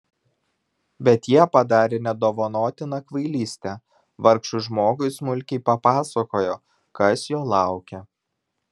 bet jie padarė nedovanotiną kvailystę vargšui žmogui smulkiai papasakojo kas jo laukia